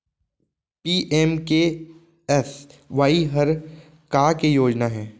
PMKSY हर का के योजना हे?